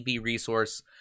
Resource